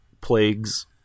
plagues